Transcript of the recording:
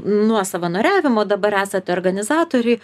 nuo savanoriavimo dabar esat organizatoriai